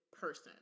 person